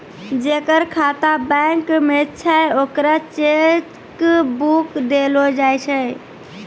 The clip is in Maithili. जेकर खाता बैंक मे छै ओकरा चेक बुक देलो जाय छै